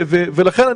לכן,